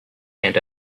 and